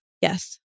Yes